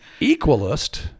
equalist